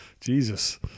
Jesus